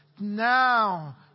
Now